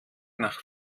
nach